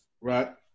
right